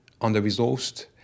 under-resourced